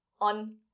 on